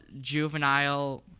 juvenile